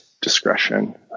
discretion